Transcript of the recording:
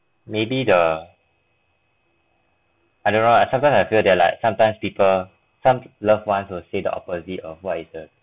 maybe the I don't know sometimes I feel that like sometimes people some loved ones will say the opposite of what is the